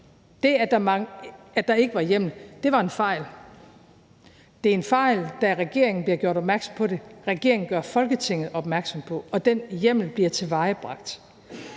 Det, at der ikke var hjemmel, var en fejl. Det er en fejl, da regeringen bliver gjort opmærksom på det. Regeringen gør Folketinget opmærksom på det, og den hjemmel bliver tilvejebragt.